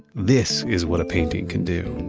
this is what a painting can do.